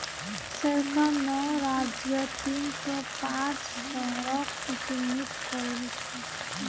सरकार नौ राज्यत तीन सौ पांच शहरक चिह्नित करिल छे